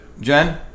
jen